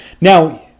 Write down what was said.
Now